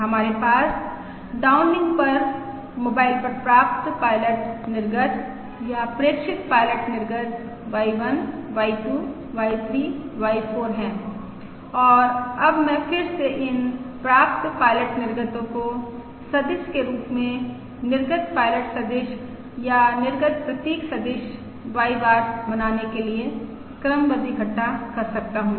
हमारे पास डाउनलिंक पर मोबाइल पर प्राप्त पायलट निर्गत या प्रेक्षित पायलट निर्गत Y1 Y2 Y3 Y4 है और अब मैं फिर से इन प्राप्त पायलट निर्गतो को सदिश के रूप में निर्गत पायलट सदिश या निर्गत प्रतीक सदिश Y बार बनाने के लिए क्रमबद्ध इक्कठा कर सकता हूँ